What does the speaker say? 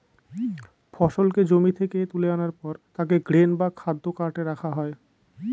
ফসলকে জমি থেকে তুলে আনার পর তাকে গ্রেন বা খাদ্য কার্টে রাখা হয়